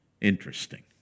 Interesting